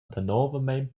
danovamein